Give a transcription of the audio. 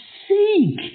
seek